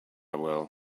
will